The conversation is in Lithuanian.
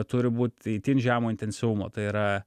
turi būt itin žemo intensyvumo tai yra